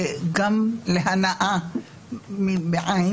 וגם להנעה ב-ע',